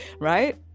right